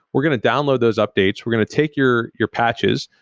we're going to download those updates, we're going to take your your patches,